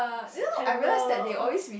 it's terrible